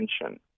attention